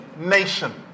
nation